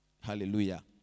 Hallelujah